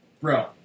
bro